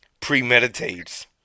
Premeditates